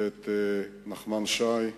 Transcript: ואת נחמן שי.